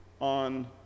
on